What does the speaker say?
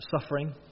suffering